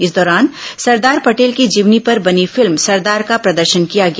इस दौरान सरदार पटेल की जीवनी पर बनी फिल्म सरदार का प्रदर्शन किया गया